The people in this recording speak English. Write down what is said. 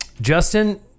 Justin